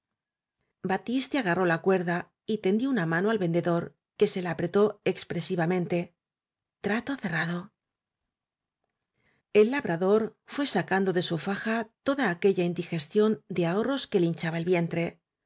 batiste agarró la cuerda y tendió una mano al vendedor que se la apretó expresivamente trato cerrado v blasco ibáñez el labrador fué sacando de su faja toda aquella indigestión de ahorros que le hin chaba el vientre